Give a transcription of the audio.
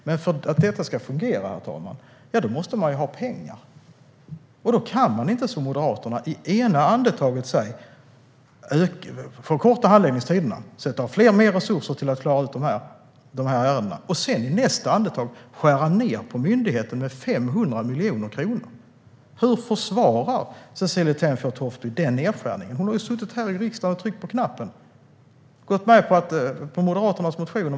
Men för att detta ska fungera, herr talman, måste man ha pengar, och då kan man inte som Moderaterna först säga att handläggningstiderna måste förkortas och mer resurser sättas av för att klara ut de här ärendena och sedan skära ned på myndigheten med 500 miljoner kronor. Hur försvarar Cecilie Tenfjord-Toftby den nedskärningen? Hon har ju suttit här i riksdagen och tryckt på knappen och gått med på Moderaternas motion.